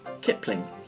Kipling